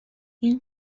این